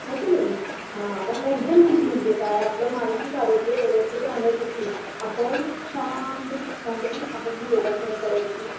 हो की नाही हां मेंटल हेल्थ म्हणजे काय आपलं मानसिक आरोग्य व्यवस्थित राहण्यासाठी आपण शांत चित्ताने आपण ही योगासनं करायची